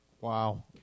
Wow